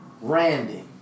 Randy